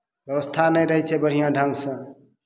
बेबस्था नहि रहै छै बढ़िआँ ढङ्गसे